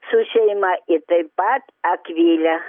su šeima i taip pat akvilė